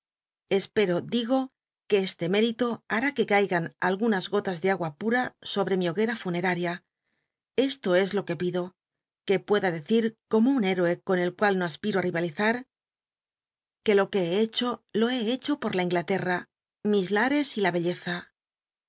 espero digo este mérito har í que caigan algunas gotas de agua pura sobre mi hoguera funcmria esto es lo que pido que pueda decir como un héroc con el cual no aspiro ti rivalizar lo que he hecho lo he hecho por la inglatcrta mis lares y la belleza